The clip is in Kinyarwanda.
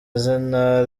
izina